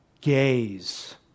gaze